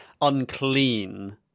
unclean